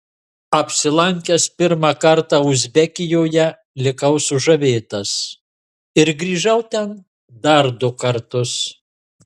apsilankęs pirmą kartą uzbekijoje likau sužavėtas ir grįžau ten dar du kartus